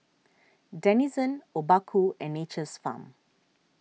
Denizen Obaku and Nature's Farm